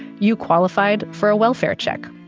you qualified for a welfare check.